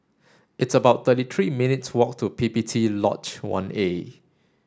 it's about thirty three minutes' walk to P P T Lodge one A